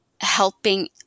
helping